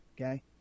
Okay